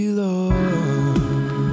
love